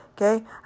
okay